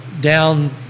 down